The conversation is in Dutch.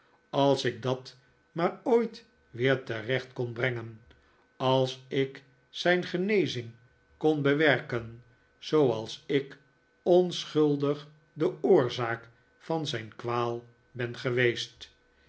als ik dat maar ooit weer terecht kon brengen als ik zijn genezing kon bewerken zooals ik onschuldig de oorzaak van zijn kwaal ben geweest